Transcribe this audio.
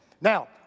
Now